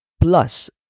plus